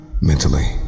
mentally